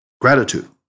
gratitude